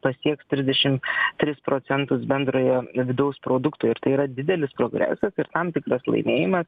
pasieks trisdešim tris procentus bendrojo vidaus produkto ir tai yra didelis progresas ir tam tikras laimėjimas